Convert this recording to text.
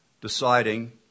deciding